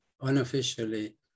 unofficially